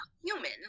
human